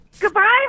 Goodbye